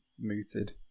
mooted